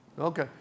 Okay